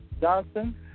Johnson